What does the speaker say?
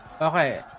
Okay